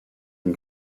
une